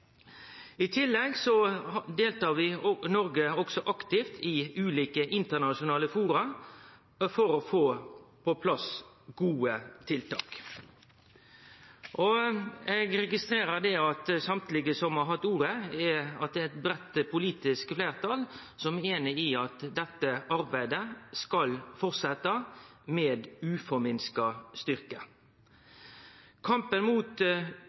I tillegg deltar Noreg òg aktivt i ulike internasjonale forum for å få på plass gode tiltak. Eg registrerer frå alle som har hatt ordet, at det er eit breitt politisk fleirtal som er einige om at dette arbeidet skal halde fram med uforminska styrke. Kampen mot